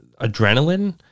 adrenaline